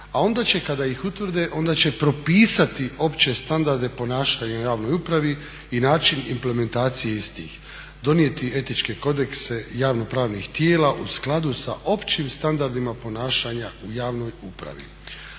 a onda će kada ih utvrde, onda će propisati opće standarde ponašanja u javnoj upravi i način implementacije istih, donijeti etičke kodekse javno-pravnih tijela u skladu sa općim standardima ponašanja u javnoj upravi.